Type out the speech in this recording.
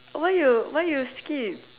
why you why you skip